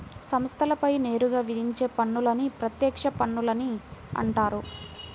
సంస్థలపై నేరుగా విధించే పన్నులని ప్రత్యక్ష పన్నులని అంటారు